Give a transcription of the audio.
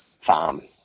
farm